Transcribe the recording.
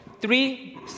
three